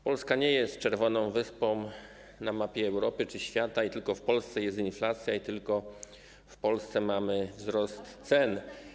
Polska nie jest czerwoną wyspą na mapie Europy czy świata i nie tylko w Polsce jest inflacja, i nie tylko w Polsce mamy wzrost cen.